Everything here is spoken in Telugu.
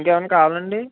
ఇంకేమన్న కావాలండి